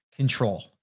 control